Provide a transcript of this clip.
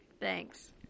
Thanks